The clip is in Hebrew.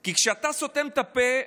כי כשאתה סותם את הפה,